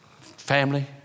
family